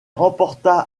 remporta